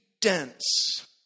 dense